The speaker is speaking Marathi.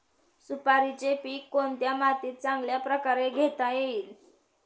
सुपारीचे पीक कोणत्या मातीत चांगल्या प्रकारे घेता येईल?